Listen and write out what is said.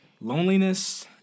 loneliness